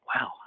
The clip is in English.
wow